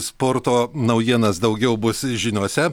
sporto naujienas daugiau bus žiniose